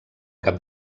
cap